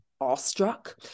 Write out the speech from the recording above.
awestruck